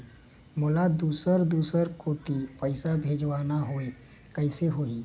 मोला दुसर दूसर कोती पैसा भेजवाना हवे, कइसे होही?